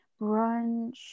brunch